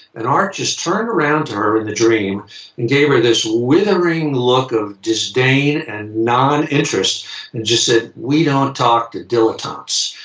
and art just turned around to her in the dream and gave her this withering look of disdain and non interest and just said, we don't talk to dilettantes.